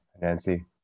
Nancy